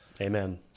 Amen